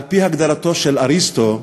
על-פי הגדרתו של אריסטו,